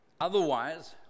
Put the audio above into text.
Otherwise